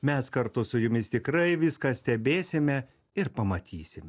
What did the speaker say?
mes kartu su jumis tikrai viską stebėsime ir pamatysim